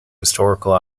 historical